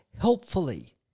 helpfully